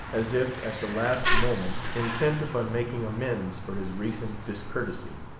as if, at the last moment, intent upon making amends for his recent discourtesy.